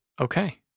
Okay